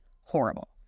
horrible